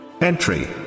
Entry